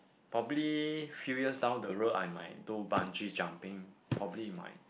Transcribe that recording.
probably few years down the road I might do bungee jumping probably might